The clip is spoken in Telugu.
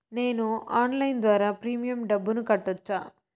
నేను ఆన్లైన్ ద్వారా ప్రీమియం డబ్బును కట్టొచ్చా?